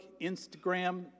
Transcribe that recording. Instagram